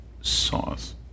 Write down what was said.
sauce